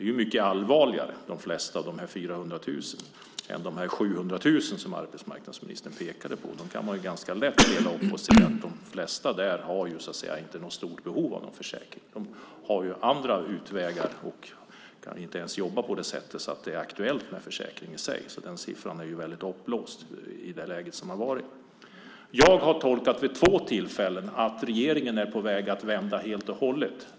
För de flesta av de 400 000 är det mycket allvarligare än för de 700 000 som arbetsmarknadsministern pekade på. Där kan man ganska lätt se att de flesta inte har något stort behov av någon försäkring. De har andra utvägar och jobbar inte ens på det sättet att det är aktuellt med försäkring. Den siffran är väldigt uppblåst. Vid två tillfällen har jag gjort tolkningen att regeringen är på väg att helt och hållet vända.